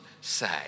say